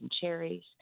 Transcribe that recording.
cherries